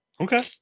Okay